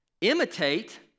Imitate